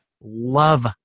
love